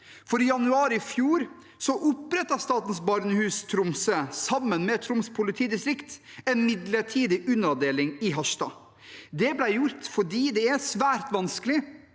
ute. I januar i fjor opprettet Statens barnehus Tromsø sammen med Troms politidistrikt en midlertidig underavdeling i Harstad. Det ble gjort fordi det er svært vanskelig